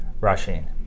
rushing